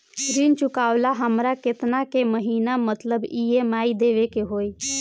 ऋण चुकावेला हमरा केतना के महीना मतलब ई.एम.आई देवे के होई?